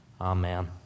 Amen